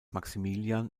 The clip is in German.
maximilian